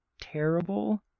terrible